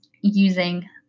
using